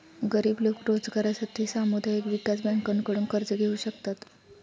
गरीब लोक रोजगारासाठी सामुदायिक विकास बँकांकडून कर्ज घेऊ शकतात